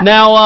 Now